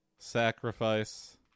sacrifice